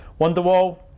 Wonderwall